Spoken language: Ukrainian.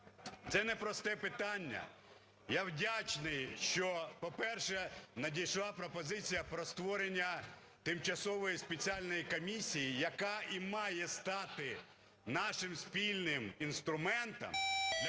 Це не просте питання. Я вдячний, що, по-перше, надійшла пропозиція про створення тимчасової спеціальної комісії, яка і має стати нашим спільним інструментом